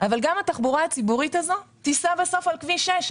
אבל גם התחבורה הציבורית הזו תיסע בסוף על כביש 6,